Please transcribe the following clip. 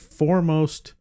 foremost